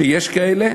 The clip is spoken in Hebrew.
ויש כאלה,